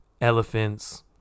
elephants